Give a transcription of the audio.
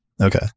Okay